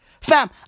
Fam